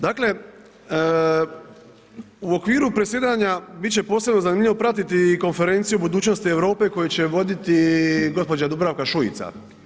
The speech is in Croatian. Dakle, u okviru predsjedanja bit će posebno zanimljivo pratiti konferenciju budućnosti Europe koju će voditi gospođa Dubravka Šuica.